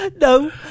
No